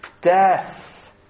death